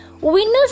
Winners